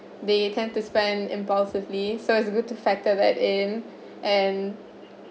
they tend to spend impulsively so it's good to factor that in and